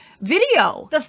Video